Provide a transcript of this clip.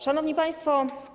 Szanowni Państwo!